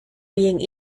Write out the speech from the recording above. being